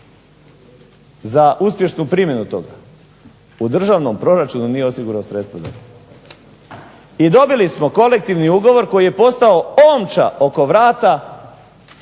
za uspješnu primjenu toga, u državnom proračunu nije osigurao sredstva za to. I dobili smo kolektivni ugovor koji je postao omča oko vrata